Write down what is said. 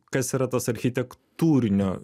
kas yra tas architektūrinio